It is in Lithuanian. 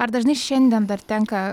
ar dažnai šiandien dar tenka